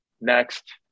Next